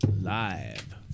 Live